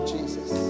Jesus